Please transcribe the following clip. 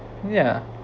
yeah